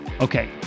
Okay